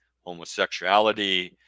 homosexuality